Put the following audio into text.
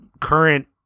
current